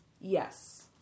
Yes